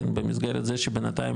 במסגרת זה שבינתיים,